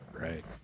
Right